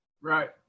Right